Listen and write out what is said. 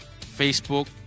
facebook